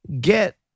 get